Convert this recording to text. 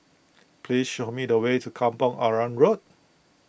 please show me the way to Kampong Arang Road